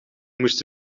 moest